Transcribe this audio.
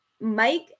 mike